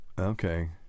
Okay